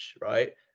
right